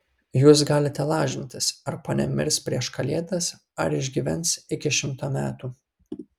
jūs galite lažintis ar ponia mirs prieš kalėdas ar išgyvens iki šimto metų